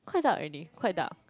quite dark already quite dark